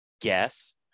guess